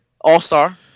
all-star